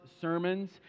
sermons